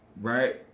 right